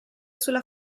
sulla